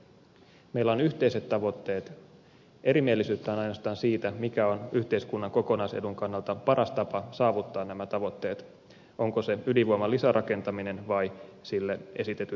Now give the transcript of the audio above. meillä on yhteiset tavoitteet erimielisyyttä on ainoastaan siitä mikä on yhteiskunnan kokonaisedun kannalta paras tapa saavuttaa nämä tavoitteet onko se ydinvoiman lisärakentaminen vai sille esitetyt vaihtoehdot